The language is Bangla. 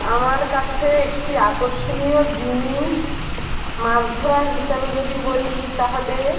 আমার কাছে একটি আকর্ষণীয় জিনিস মাছ ধরা হিসাবে যদি বলি তাহলে